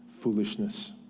foolishness